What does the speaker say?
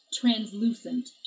translucent